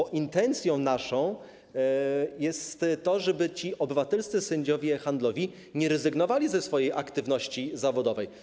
Naszą intencją jest to, żeby obywatelscy sędziowie handlowi nie rezygnowali ze swojej aktywności zawodowej.